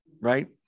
right